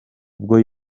ubwo